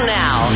now